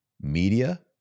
media